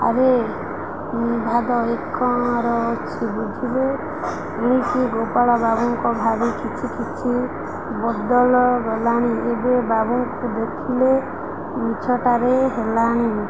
ଆରେ ନିର୍ଭଦ ଏକର ଅଛି ବୁଝିଲେ ଏକି ଗୋପାଳ ବାବୁଙ୍କ ଭାରି କିଛି କିଛି ବଦଳ ଗଲାଣି ଏବେ ବାବୁଙ୍କୁ ଦେଖିଲେ ମିଛଟାରେ ହେଲାଣି